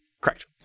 Correct